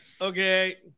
Okay